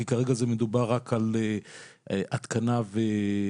כי כרגע זה מדובר רק על התקנה ואחזקה.